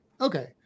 Okay